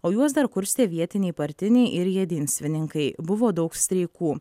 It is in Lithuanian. o juos dar kurstė vietiniai partiniai ir jedinstvininkai buvo daug streikų